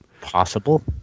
possible